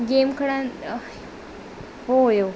game खणणु उहो हुओ